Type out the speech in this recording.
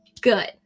good